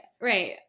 right